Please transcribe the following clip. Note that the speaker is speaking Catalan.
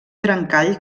trencall